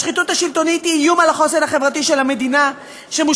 השחיתות השלטונית היא איום על החוסן החברתי של המדינה שמושתת